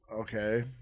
Okay